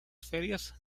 ferias